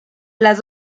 las